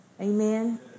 amen